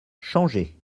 changé